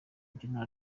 general